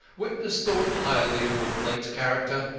witness thought highly of mortlake's character.